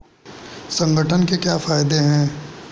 संगठन के क्या फायदें हैं?